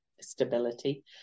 stability